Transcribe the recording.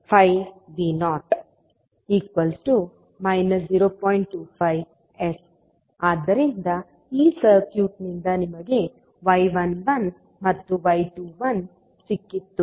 25S ಆದ್ದರಿಂದ ಈ ಸರ್ಕ್ಯೂಟ್ನಿಂದ ನಿಮಗೆ y 11 ಮತ್ತು y 21 ಸಿಕ್ಕಿತು